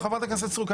חברת הכנסת סטרוק,